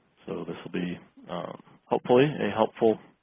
so this will be hopefully a helpful